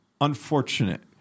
unfortunate